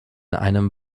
einem